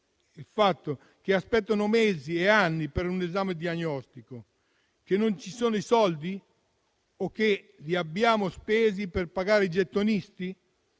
del fatto che aspettano mesi e anni per un esame diagnostico? Che non ci sono i soldi? O che li abbiamo spesi per pagare i gettonisti?